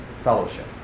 fellowship